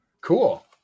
cool